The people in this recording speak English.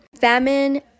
famine